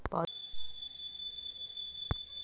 पौधा मन ला पोषण कइसे मिलथे?